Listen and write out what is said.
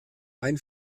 ein